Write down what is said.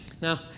Now